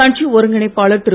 கட்சி ஒருங்கிணைப்பாளர் திரு